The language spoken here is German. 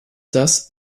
das